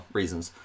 reasons